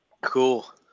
Cool